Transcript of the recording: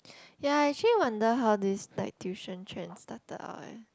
ya I actually wonder how this night tuition trend started out eh